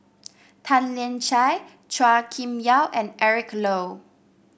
Tan Lian Chye Chua Kim Yeow and Eric Low